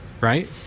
right